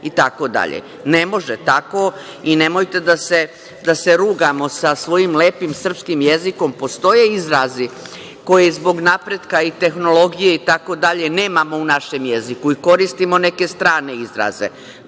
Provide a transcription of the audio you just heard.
itd. Ne može tako i nemojte da se rugamo sa svojim lepim srpskim jezikom. Postoje izrazi koji zbog napretka i tehnologije itd. nemamo u našem jeziku i koristimo neke strane izraze.